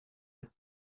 est